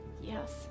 Yes